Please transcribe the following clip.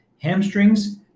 Hamstrings